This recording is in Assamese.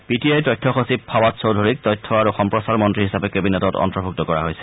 পি টি আইৰ তথ্য সচিব ফাৱাদ চৌধূৰীক তথ্য আৰু সম্প্ৰচাৰ মন্ত্ৰী হিচাপে কেবিনেটত অন্তৰ্ভূক্ত কৰা হৈছে